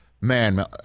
man